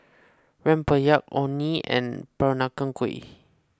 Rempeyek Orh Nee and Peranakan Kueh